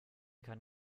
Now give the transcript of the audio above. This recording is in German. kann